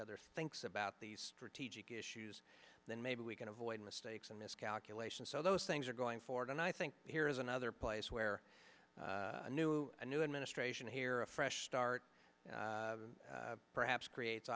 other thinks about these strategic issues then maybe we can avoid mistakes and miscalculations so those things are going forward i think here is another place where a new new administration here a fresh start perhaps creates